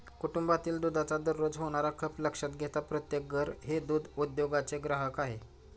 कुटुंबातील दुधाचा दररोज होणारा खप लक्षात घेता प्रत्येक घर हे दूध उद्योगाचे ग्राहक आहे